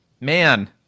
man